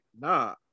nah